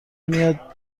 میاد